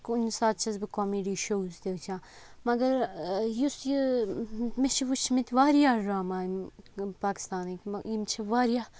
کُنہِ ساتہٕ چھَس بہٕ کومیڈی شووز تہِ وُچھان مَگَر یُس یہِ مےٚ چھُ وُچھمٕتۍ واریاہ ڈَرٛاما پاکِستانٕکۍ یِم چھِ واریاہ